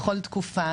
בכל תקופה,